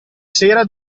sera